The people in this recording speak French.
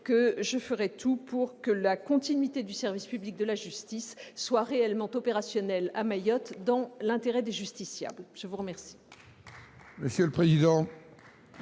cas, je ferais tout pour que la continuité du service public de la justice soit réellement opérationnelle à Mayotte, dans l'intérêt des justiciables. La parole